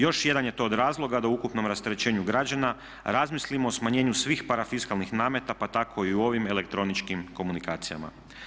Još jedan je to od razloga da ukupnom rasterećenju građana razmislimo o smanjenju svih parafiskalnih nameta pa tako i u ovim elektroničkim komunikacijama.